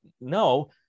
no